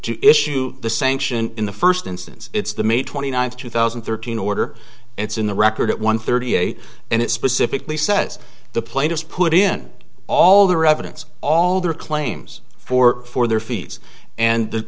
to issue the sanction in the first instance it's the may twenty ninth two thousand and thirteen order it's in the record at one thirty eight and it specifically says the plainest put in all their evidence all their claims for for their fees and